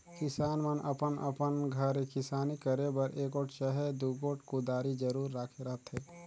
किसान मन अपन अपन घरे किसानी करे बर एगोट चहे दुगोट कुदारी जरूर राखे रहथे